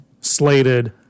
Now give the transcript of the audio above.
slated